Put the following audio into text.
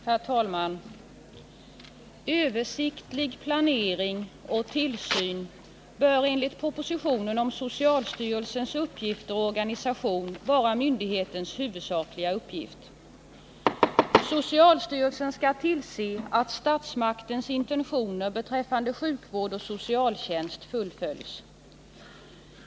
Herr talman! Översiktlig planering och tillsyn bör enligt propositionen om socialstyrelsens uppgifter och organisation vara myndighetens huvudsakliga uppgift. Socialstyrelsen skall tillse att statsmaktens intentioner beträffande sjukvård och socialtjänst fullföljs.